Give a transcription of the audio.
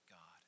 God